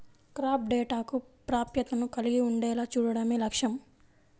crop డేటాకు ప్రాప్యతను కలిగి ఉండేలా చూడడమే లక్ష్యం